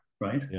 right